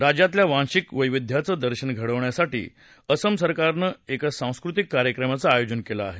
राज्यातील वांशिक वैविध्याचं दर्शन घडवण्यासाठी आसाम सरकारनं एका सांस्कृतिक कार्यक्रमाचं आयोजन केलं आहे